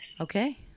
Okay